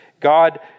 God